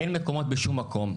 אין מקומות בשום מקום.